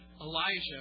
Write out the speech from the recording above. Elijah